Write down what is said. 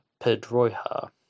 Pedroja